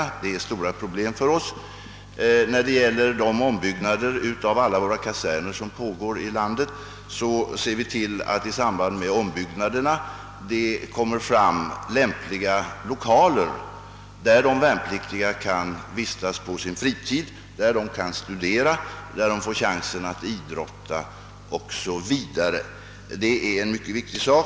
Det är ett mycket stort problem för OSS, När det gäller de ombyggnader av kaserner som pågår i landet ser vi till att det i samband därmed ordnas lämpliga lokaler där de värnpliktiga kan vistas på sin fritid, där de kan studera, få chans att idrotta o. s. v. Det är en mycket viktig fråga.